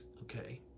okay